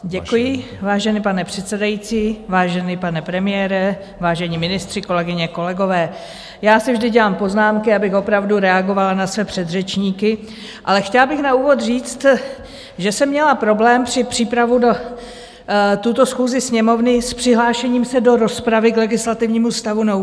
Děkuji, vážený pane předsedající, vážený pane premiére, vážení ministři, kolegyně, kolegové, já si vždy dělám poznámky, abych opravdu reagovala na své předřečníky, ale chtěla bych na úvod říct, že jsem měla problém při přípravě do této schůze Sněmovny s přihlášením se do rozpravy k legislativnímu stavu nouze.